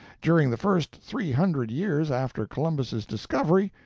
during the first three hundred years after columbus's discovery,